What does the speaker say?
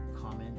comment